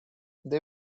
they